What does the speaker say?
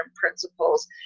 principles